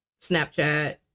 Snapchat